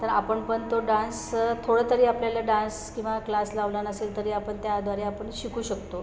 तर आपण पण तो डान्स थोडंतरी आपल्याला डान्स किंवा क्लास लावला नसेल तरी आपण त्याद्वारे आपण शिकू शकतो